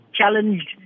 challenged